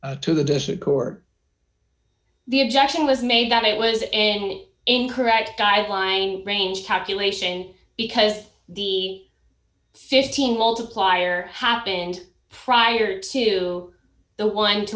made to the desert who're the objection was made that it was an incorrect guideline range calculation because the fifteen multiplier happened prior to the one